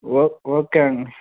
ఓక్ ఓకే అండి